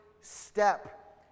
step